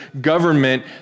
government